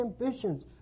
ambitions